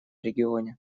регионе